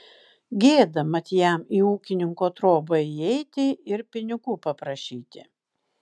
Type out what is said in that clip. gėda mat jam į ūkininko trobą įeiti ir pinigų paprašyti